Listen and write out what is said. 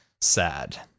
sad